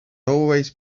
always